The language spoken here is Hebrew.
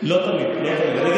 אבל תמיד אתה מציב